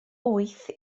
wyth